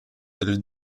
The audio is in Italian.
delle